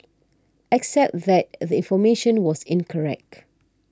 except that the information was incorrect